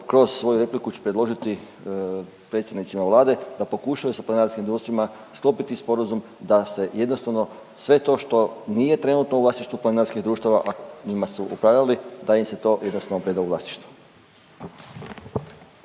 kroz svoju repliku ću predložiti predsjednicima Vlade da pokušaju sa planinarskim društvima sklopiti sporazum da se jednostavno sve to što nije trenutno u vlasništvu planinarskih društava, a njima su upravljali da im se to jednostavno preda u vlasništvo.